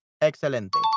Excelente